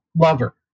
lover